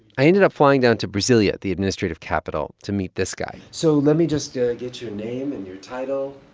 i ended up flying down to brasilia, the administrative capital, to meet this guy so let me just ah get your name and your title